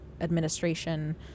administration